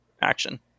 action